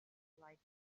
light